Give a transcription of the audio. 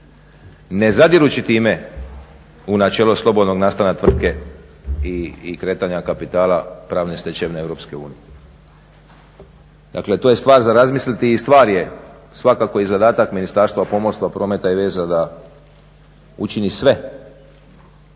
ne zadirući time u načelo slobodnog nastana tvrtke i kretanja kapitala pravne stečevine EU. Dakle, to je stvar za razmisliti i stvar je svakako i zadatak Ministarstva pomorstva, prometa i veza da učini sve